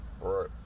Right